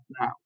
now